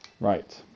Right